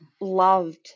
loved